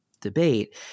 debate